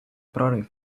прорив